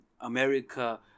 America